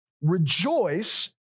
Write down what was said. rejoice